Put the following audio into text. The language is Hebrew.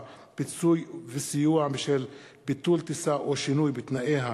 (פיצוי וסיוע בשל ביטול טיסה או שינוי בתנאיה),